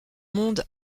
monde